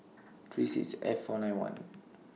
three six F four nine one